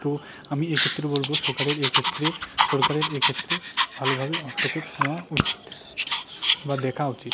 তো আমি এক্ষেত্রে বলবো সরকারের এক্ষেত্রে সরকারের এক্ষেত্রে ভালোভাবে হস্তক্ষেপ নেওয়া উচিত বা দেখা উচিত